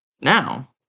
Now